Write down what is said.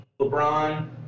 LeBron